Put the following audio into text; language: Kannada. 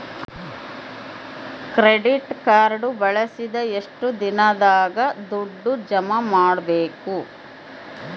ಕ್ರೆಡಿಟ್ ಕಾರ್ಡ್ ಬಳಸಿದ ಎಷ್ಟು ದಿನದಾಗ ದುಡ್ಡು ಜಮಾ ಮಾಡ್ಬೇಕು?